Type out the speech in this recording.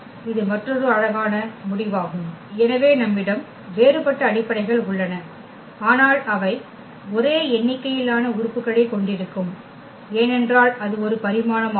இது மற்றொரு அழகான முடிவாகும் எனவே நம்மிடம் வேறுபட்ட அடிப்படைகள் உள்ளன ஆனால் அவை ஒரே எண்ணிக்கையிலான உறுப்புகளைக் கொண்டிருக்கும் ஏனென்றால் அது ஒரு பரிமாணமாகும்